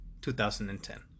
2010